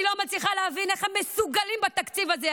אני לא מצליחה להבין איך הם מסוגלים בתקציב הזה,